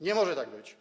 Nie może tak być.